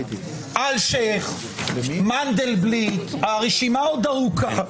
אלשייך, מנדלבליט, הרשימה עוד ארוכה.